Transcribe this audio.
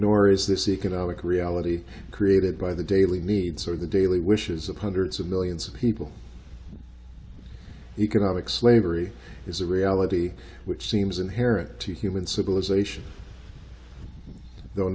nor is this economic reality created by the daily needs or the daily wishes of hundreds of millions of people economic slavery is a reality which seems inherent to human civilization though